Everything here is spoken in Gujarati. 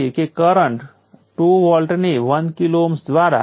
અને છેલ્લે રઝિસ્ટર વોલ્ટેજ VR જે 5 વોલ્ટ છે અને કરંટ IR જે 5 મિલી એમ્પીયર છે